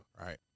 Right